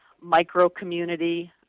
micro-community